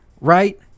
Right